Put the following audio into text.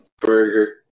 burger